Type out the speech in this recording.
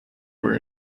were